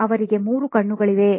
ಅವರಿಗೆ ಮೂರು ಕಣ್ಣುಗಳಿವೆ